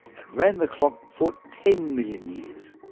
and ran the clock for ten million years.